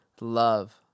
love